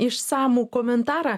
išsamų komentarą